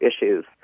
issues